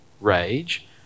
rage